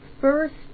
first